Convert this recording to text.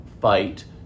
fight